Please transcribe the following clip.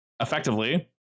Effectively